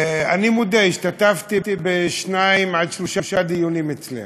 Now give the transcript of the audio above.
אני מודה, השתתפתי בשני דיונים עד שלושה אצלך.